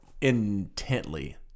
intently